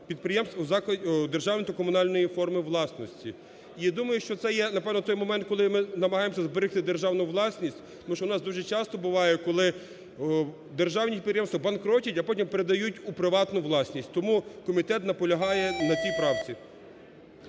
підприємств… державної та комунальної форми власності. І думаю, що це є, напевно, той момент, коли ми намагаємося зберегти державну власність, тому що у нас дуже часто буває, коли державні підприємства банкротять, а потім передають у приватну власність. Тому комітет наполягає на цій правці.